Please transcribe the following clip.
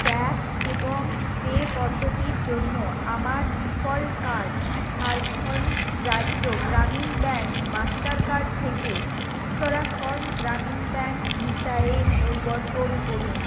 tap এবং pay পদ্ধতির জন্য আমার ডিফল্ট কার্ড ঝাড়খন্ড রাজ্য গ্রামীণ ব্যাংক মাস্টার কার্ড থেকে উত্তরাখন্ড গ্রামীণ ব্যাংক ভিসা এ পরিবর্তন করুন